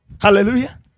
Hallelujah